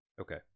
okay